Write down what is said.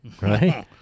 right